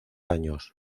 años